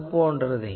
N வரை உள்ளன